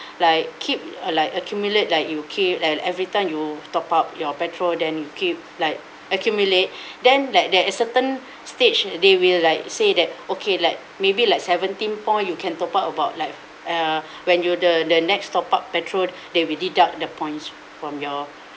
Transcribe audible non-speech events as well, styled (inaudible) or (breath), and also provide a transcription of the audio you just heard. (breath) like keep uh like accumulate like you keep and every time you top up your petrol then you keep like accumulate (breath) then like there is certain (breath) stage they will like say that okay like maybe like seventeen point you can top up about like uh (breath) when you the the next top up petrol (breath) they will deduct the points from your